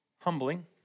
humbling